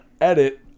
Edit